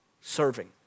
serving